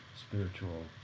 spiritual